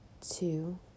two